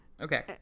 okay